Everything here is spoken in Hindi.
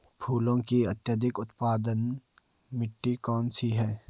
फूलों की अत्यधिक उत्पादन मिट्टी कौन सी है?